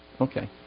Okay